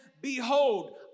Behold